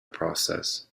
process